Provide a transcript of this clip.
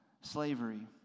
slavery